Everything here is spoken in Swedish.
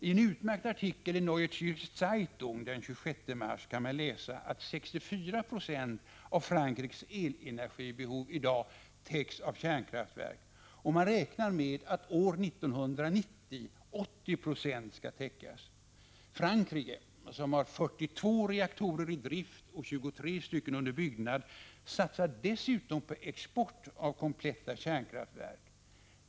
I en utmärkt artikel i Neue Zärcher Zeitung den 26 mars kan man läsa att 64 90 av Frankrikes elenergibehov i dag täcks av kärnkraftverk och att man räknar med att 80 26 skall täckas år 1990. Frankrike, som har 42 reaktorer i drift och 23 stycken under byggnad, satsar dessutom på export av kompletta kärnkraftverk.